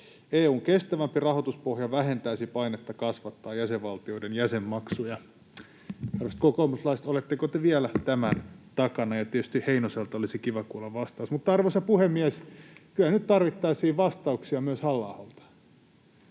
EU:n kestävämpi rahoituspohja vähentäisi painetta kasvattaa jäsenvaltioiden jäsenmaksuja.” Arvoisat kokoomuslaiset, oletteko te vielä tämän takana? Ja tietysti Heinoselta olisi kiva kuulla vastaus. Mutta, arvoisa puhemies, kyllä nyt tarvittaisiin vastauksia myös Halla-aholta.